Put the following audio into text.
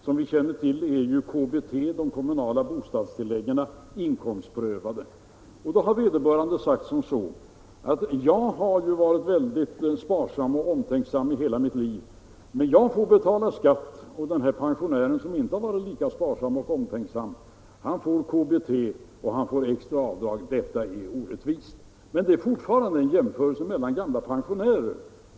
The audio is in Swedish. Som vi känner till är ju KBT, de kommunala bostadstilläggen, inkomstprövade. En del brevskrivare har då sagt som så: Jag har ju varit väldigt sparsam och omtänksam i hela mitt liv, men jag får betala skatt och den här pensionären som inte har varit lika sparsam och omtänksam, han får KBT och han får extra avdrag — detta är orättvist! Men det är fortfarande en jämförelse mellan gamla pensionärer.